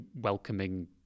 welcoming